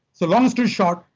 so long story short,